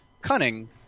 cunning